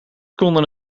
konden